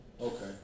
Okay